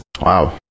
Wow